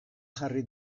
jarri